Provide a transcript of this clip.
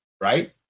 right